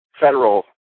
federal